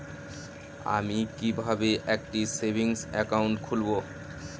আমি কিভাবে একটি সেভিংস অ্যাকাউন্ট খুলব?